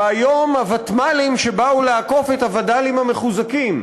והיום הוותמ"לים שבאו לעקוף את הווד"לים המחוזקים,